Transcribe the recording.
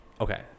Okay